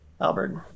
albert